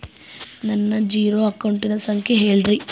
ನನ್ನ ಜೇರೊ ಅಕೌಂಟಿನ ಸಂಖ್ಯೆ ಹೇಳ್ರಿ?